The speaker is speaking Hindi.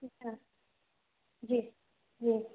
ठीक है जी जी